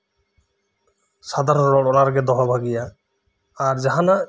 ᱥᱟᱫᱷᱟᱨᱚᱱ ᱨᱚᱲ ᱚᱱᱟ ᱨᱮᱜᱮ ᱫᱚᱦᱚ ᱵᱷᱟᱜᱤᱭᱟ ᱟᱨ ᱡᱟᱦᱟᱸᱱᱟᱜ